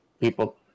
people